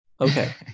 okay